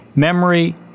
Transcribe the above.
Memory